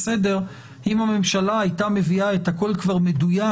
אם הממשלה הייתה מביאה את הכול כבר מדויק,